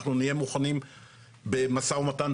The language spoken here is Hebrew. אנחנו נהיה מוכנים במשא ומתן.